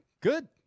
Good